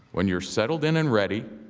when you are settled in and ready,